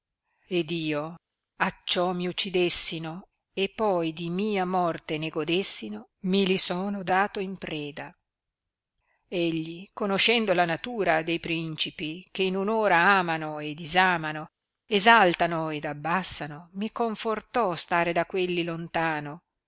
ed io acciò mi uccidessino e poi di mia morte ne godessino mi li sono dato in preda egli conoscendo la natura de prencipi che in un'ora amano e disamano essaltano ed abbassano mi confortò stare da quelli lontano